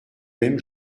même